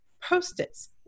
post-its